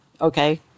okay